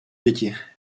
děti